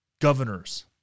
governors